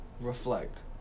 reflect